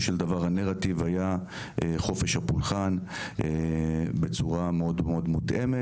של דבר הנרטיב היה חופש הפולחן בצורה מאוד מותאמת.